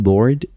Lord